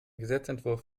gesetzesentwurf